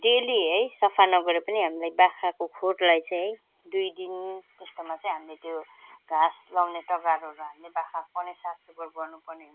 daily है सफा नगरे पनि हामीलाई बाख्राको खोरलाई चाहिँ है दुई दिन त्यस्तोमा चाहिँ हामीले त्यो घाँस लगाउने तगारोहरू हामीले बाख्राको नै सफा सुग्घर गर्नु पर्ने हुन्छ